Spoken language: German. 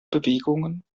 bewegungen